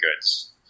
goods